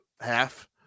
half